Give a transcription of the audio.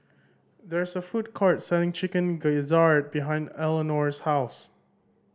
there is a food court selling Chicken Gizzard behind Elinore's house